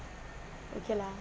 okay lah